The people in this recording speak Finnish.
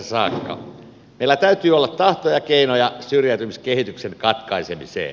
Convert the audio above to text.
meillä täytyy olla tahto ja keinoja syrjäytymiskehityksen katkaisemiseen